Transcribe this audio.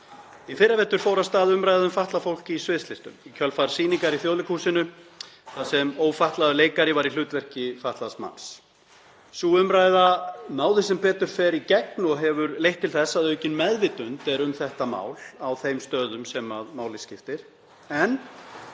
Í fyrravetur fór af stað umræða um fatlað fólk í sviðslistum í kjölfar sýningar í Þjóðleikhúsinu þar sem ófatlaður leikari var í hlutverki fatlaðs manns. Sú umræða náði sem betur fer í gegn og hefur leitt til þess að aukin meðvitund er um þetta mál á þeim stöðum sem máli skipta. En